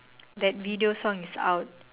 that video song is out